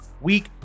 week